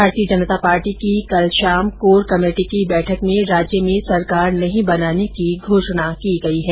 भारतीय जनता पार्टी की कल शाम कोर कमेटी की बैठक में राज्य में सरकार नहीं बनाने की घोषणा की गई है